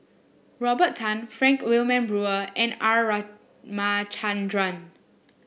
Robert Tan Frank Wilmin Brewer and R Ramachandran